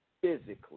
physically